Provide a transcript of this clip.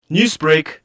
Newsbreak